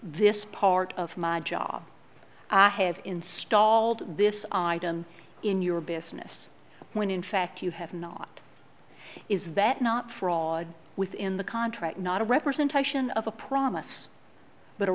this part of my job has installed this item in your business when in fact you have not is that not fraud within the contract not a representation of a promise